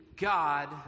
God